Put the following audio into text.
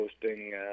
posting